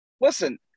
listen